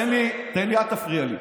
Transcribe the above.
תן לי, אל תפריע לי.